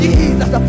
Jesus